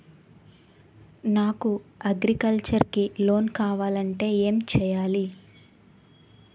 నాకు అగ్రికల్చర్ కి లోన్ కావాలంటే ఏం చేయాలి?